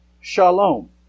shalom